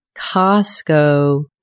Costco